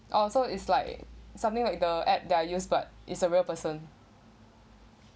oh so it's like something like the app they are use but it's a real person